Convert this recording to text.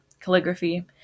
calligraphy